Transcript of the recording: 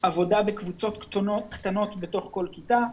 עבודה בקבוצות קטנות בתוך כל כיתה.